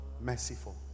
Merciful